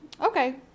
okay